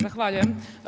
Zahvaljujem.